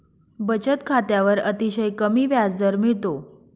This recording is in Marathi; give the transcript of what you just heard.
बचत खात्यावर अतिशय कमी व्याजदर मिळतो